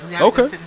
Okay